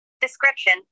Description